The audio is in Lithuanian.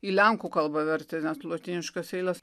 į lenkų kalbą vertė net lotyniškas eiles